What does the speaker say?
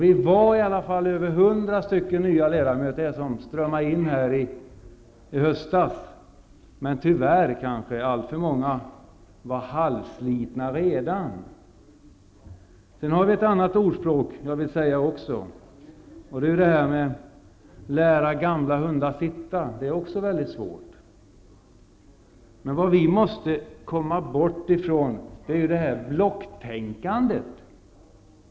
Vi var i alla fall över 100 stycken nya ledamöter som strömmade in här i höstas. Tyvärr var kanske alltför många halvslitna redan. Sedan har vi ett annat ordspråk: Det är svårt att lära gamla hundar sitta. Vad vi måste komma bort ifrån är blocktänkandet.